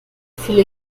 viele